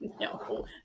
No